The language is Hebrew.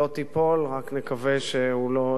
רק נקווה שהוא לא ידע צער,